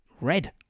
red